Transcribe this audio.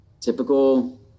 typical